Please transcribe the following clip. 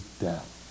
death